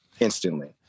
Instantly